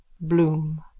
Bloom